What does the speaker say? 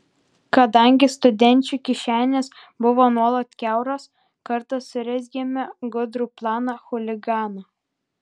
kadangi studenčių kišenės buvo nuolat kiauros kartą surezgėme gudrų planą chuliganą